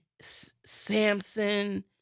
Samson